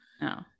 No